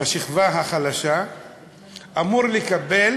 בשכבה החלשה אמור לקבל